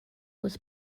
was